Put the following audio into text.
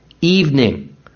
evening